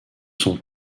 sont